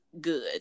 good